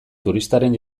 turistaren